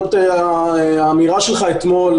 האמירה שלך אתמול,